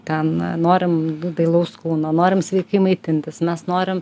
ten norim dailaus kūno norim sveikai maitintis mes norim